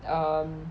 um